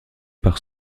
par